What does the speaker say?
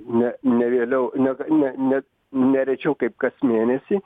ne ne vėliau ne ne ne ne rečiau kaip kas mėnesį